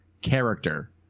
character